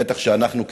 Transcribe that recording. בטח שאנחנו,